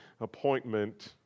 appointment